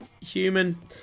human